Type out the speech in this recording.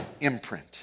imprint